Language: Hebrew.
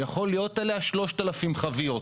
יכולים להיות עליה 3,000 חביות.